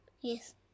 Yes